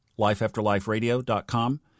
lifeafterliferadio.com